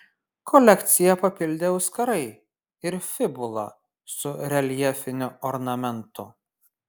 kolekciją papildė auskarai ir fibula su reljefiniu ornamentu